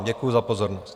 Děkuju za pozornost.